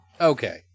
Okay